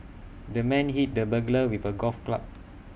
the man hit the burglar with A golf club